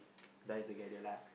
die together lah